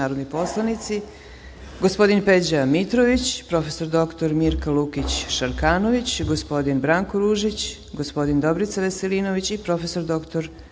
narodni poslanici: gospodin Peđa Mitrović, prof. dr Mirka Lukić Šarkanović, gospodin Branko Ružić, gospodin Dobrica Veselinović i prof. dr